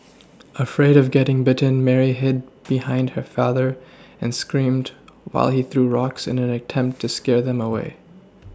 afraid of getting bitten Mary hid behind her father and screamed while he threw rocks in an attempt to scare them away